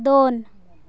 ᱫᱚᱱ